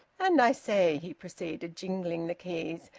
and i say, he proceeded, jingling the keys,